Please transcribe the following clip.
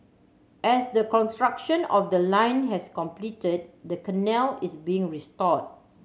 as the construction of the line has completed the canal is being restored